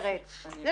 השרשרת נמצא החולה.